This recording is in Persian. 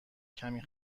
کمی